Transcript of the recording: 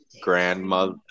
grandmother